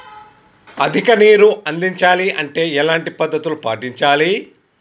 అధిక నీరు అందించాలి అంటే ఎలాంటి పద్ధతులు పాటించాలి?